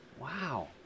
Wow